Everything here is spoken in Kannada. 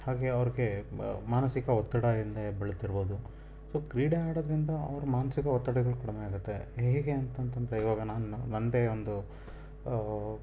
ಹಾಗೇ ಅವ್ರಿಗೆ ಮಾನಸಿಕ ಒತ್ತಡ ಇಂದ ಬಳಲ್ತಿರ್ಬೋದು ಸೊ ಕ್ರೀಡೆ ಆಡೋದ್ರಿಂದ ಅವ್ರ ಮಾನಸಿಕ ಒತ್ತಡಗಳು ಕಡಿಮೆ ಆಗುತ್ತೆ ಹೇಗೆ ಅಂತ ಅಂತಂದರೆ ಇವಾಗ ನಾನು ನನ್ನದೇ ಒಂದು